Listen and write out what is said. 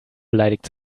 beleidigt